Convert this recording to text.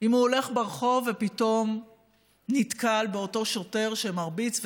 אם הוא הולך ברחוב ופתאום נתקל באותו שוטר שמרביץ?